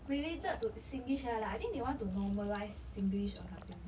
related to singlish ya lah I think they want to normalise singlish or something